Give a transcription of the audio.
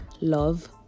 love